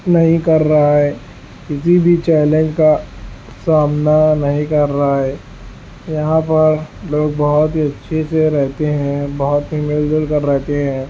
نہیں کر رہا ہے کسی بھی چیلنج کا سامنا نہیں کر رہا ہے یہاں پر لوگ بہت ہی اچھے سے رہتے ہیں بہت ہی مل جل کر رہتے ہیں